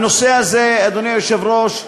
הנושא הזה, אדוני היושב-ראש,